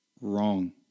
wrong